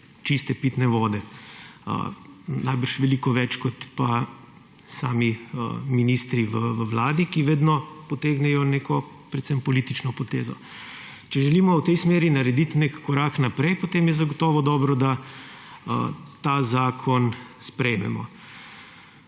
čiste pitne vode. Najbrž veliko več kot pa sami ministri v vladi, ki vedno potegnejo neko, predvsem politično potezo. Če želimo v tej smeri narediti nek korak naprej, potem je zagotovo dobro, da ta zakon sprejmemo.